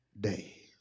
day